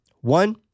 One